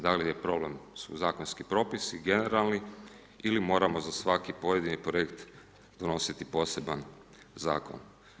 Da li je problem, su zakonski propisi generalni ili moramo za svaki pojedini projekt donositi poseban Zakon?